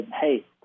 hey